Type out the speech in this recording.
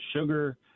sugar